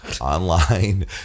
online